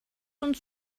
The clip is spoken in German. uns